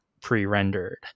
pre-rendered